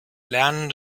lernen